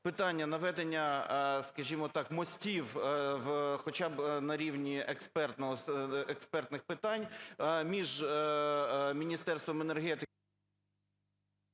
питання наведення, скажімо так, мостів хоча б на рівні експертних питань між Міністерством енергетики…